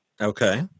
Okay